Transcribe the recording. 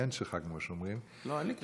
הקליינט שלך, כמו שאומרים, אין לי קליינטים.